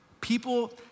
People